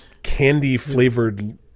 candy-flavored